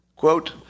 Quote